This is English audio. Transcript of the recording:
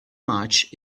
much